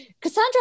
Cassandra